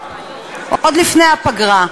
עוד לפני הפגרה.